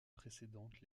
précédente